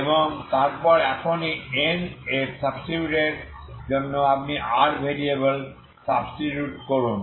এবং তারপরে এখন এই n এর সাবস্টিটিউট এর জন্য আপনি r ভেরিয়েবলে সাবস্টিটিউট করুন